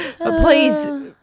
please